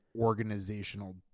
organizational